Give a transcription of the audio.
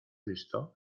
visto